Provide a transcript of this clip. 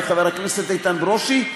חבר הכנסת איתן ברושי,